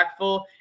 impactful